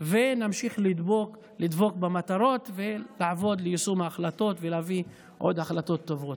ונמשיך לדבוק במטרות ולעבוד ליישום ההחלטות ולהביא עוד החלטות טובות.